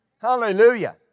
hallelujah